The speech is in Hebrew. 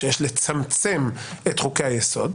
שיש לצמצם את חוקי-היסוד.